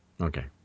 Okay